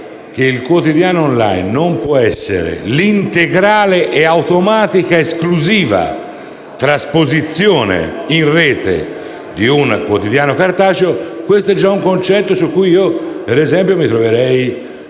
che il quotidiano *online* non può essere l'integrale, automatica e esclusiva trasposizione in rete di un quotidiano cartaceo, questo è già un concetto sul quale io mi troverei